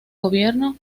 gobierno